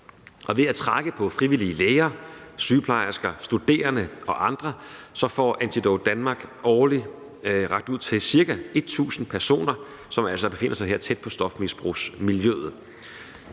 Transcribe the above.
ved at trække på frivillige læger, sygeplejersker, studerende og andre får Antidote Danmark årligt rakt ud til ca. 1.000 personer, som altså befinder sig tæt på stofmisbrugsmiljøet.